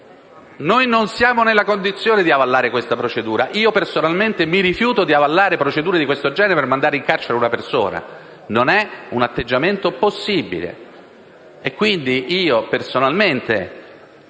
noi non siamo nella condizione di avallare questa procedura. Io personalmente mi rifiuto di avallare procedure di questo genere per mandare in carcere una persona. Non è un atteggiamento possibile.